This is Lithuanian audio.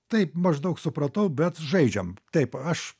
taip maždaug supratau bet žaidžiam taip aš